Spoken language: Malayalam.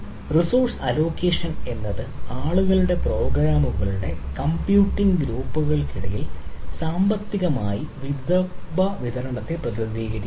റിസോഴ്സ് അലോക്കേഷൻ എന്നത് ആളുകളുടെ അല്ലെങ്കിൽ പ്രോഗ്രാമുകളുടെ കമ്പ്യൂട്ടിംഗ് ഗ്രൂപ്പുകൾക്കിടയിൽ സാമ്പത്തികമായി വിഭവ വിതരണത്തെ പ്രതിനിധീകരിക്കുന്നു